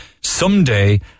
Someday